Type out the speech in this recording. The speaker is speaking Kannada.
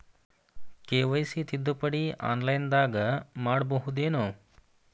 ಕೆ.ವೈ.ಸಿ ತಿದ್ದುಪಡಿ ಆನ್ಲೈನದಾಗ್ ಮಾಡ್ಬಹುದೇನು?